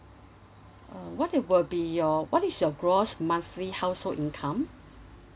uh what will be your what is your gross monthly household income